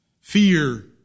fear